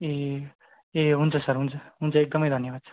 ए ए हुन्छ सर हुन्छ हुन्छ एक्दमै धन्यवाद छ